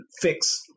fix